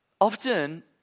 often